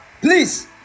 please